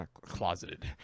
closeted